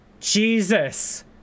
Jesus